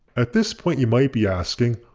at this point you might be asking,